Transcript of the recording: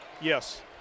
Yes